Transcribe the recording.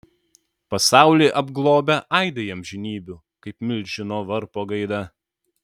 pasaulį apglobę aidai amžinybių kaip milžino varpo gaida